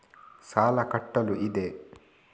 ಸಾಲ ಕಟ್ಟಲು ಇದೆ